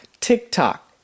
TikTok